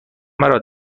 مرا